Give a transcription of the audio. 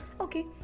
Okay